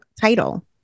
title